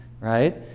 Right